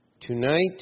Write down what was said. Tonight